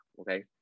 okay